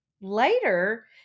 Later